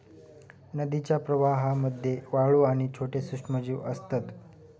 नदीच्या प्रवाहामध्ये वाळू आणि छोटे सूक्ष्मजीव असतत